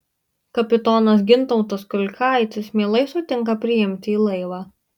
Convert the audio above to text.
kapitonas gintautas kiulkaitis mielai sutinka priimti į laivą